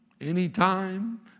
anytime